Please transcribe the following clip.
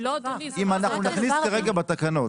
אם אנחנו נכניס כרגע בתקנות